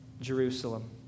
Jerusalem